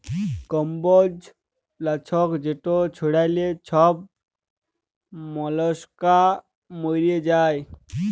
কম্বজ লাছক যেট ছড়াইলে ছব মলাস্কা মইরে যায়